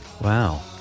Wow